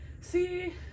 See